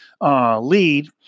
lead